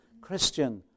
Christian